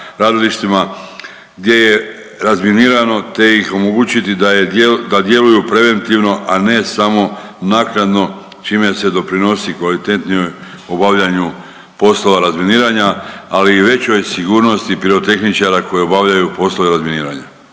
radilištima, gdje je razminirano te ih omogućiti da je, da djeluju preventivno, a ne samo naknadno, čime se doprinosi kvalitetnijoj obavljanju poslova razminiranja, ali i većoj sigurnosti pirotehničara koji obavljaju poslove razminiranja.